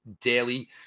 Daily